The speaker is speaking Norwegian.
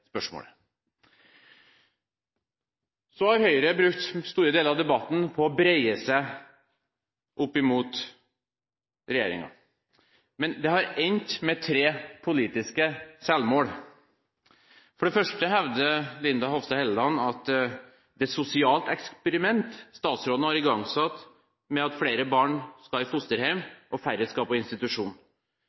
Så har Høyre brukt store deler av debatten på å breie seg opp mot regjeringen, men det har endt med tre politiske selvmål. For det første hevder Linda C. Hofstad Helleland at det er et sosialt eksperiment statsråden har igangsatt med at flere barn skal i fosterhjem og færre skal på institusjon.